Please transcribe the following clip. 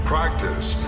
Practice